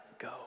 go